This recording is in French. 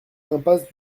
impasse